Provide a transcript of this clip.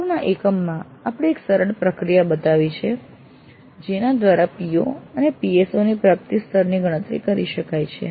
અગાઉના એકમમાં આપણે એક સરળ પ્રક્રિયા બતાવી છે જેના દ્વારા PO અને PSOના પ્રાપ્તિ સ્તરની ગણતરી કરી શકાય છે